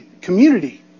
community